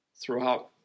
throughout